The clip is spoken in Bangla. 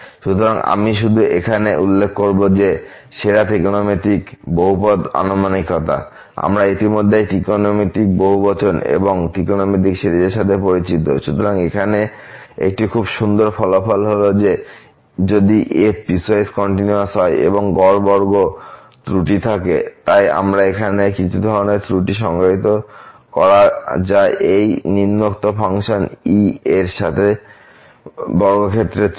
সুতরাং আমি শুধু এখানে উল্লেখ করব সেরা ত্রিকোণমিতিক বহুপদী আনুমানিকতা আমরা ইতিমধ্যেই ত্রিকোণমিতিক বহুবচন এবং ত্রিকোণমিতিক সিরিজের সাথে পরিচিত সুতরাং এখানে একটি খুব সুন্দর ফলাফল হল যে যদি f পিসওয়াইস কন্টিনিউয়াস হয় এবং গড় বর্গ ত্রুটি থাকে তাই আমরা এখানে কিছু ধরণের ত্রুটি সংজ্ঞায়িত করা যা এই নিম্নোক্ত ফাংশন E এর সাথে বর্গক্ষেত্রের ত্রুটি